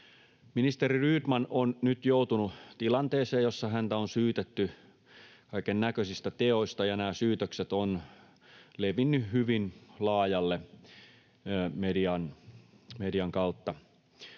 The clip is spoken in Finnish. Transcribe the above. Ministeri Rydman on nyt joutunut tilanteeseen, jossa häntä on syytetty kaikennäköisistä teoista, ja nämä syytökset ovat levinneet hyvin laajalle median kautta.